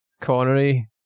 Connery